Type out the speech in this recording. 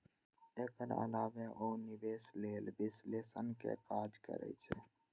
एकर अलावे ओ निवेश लेल विश्लेषणक काज करै छै